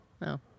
No